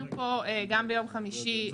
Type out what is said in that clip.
נשאלנו פה גם ביום חמישי,